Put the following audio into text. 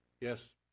Yes